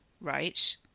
right